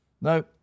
no